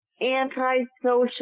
anti-social